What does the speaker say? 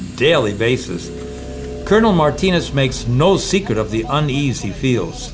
daily basis colonel martinez makes no secret of the uneasy feels